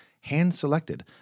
hand-selected